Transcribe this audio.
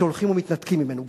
שהולכים ומתנקים ממנו.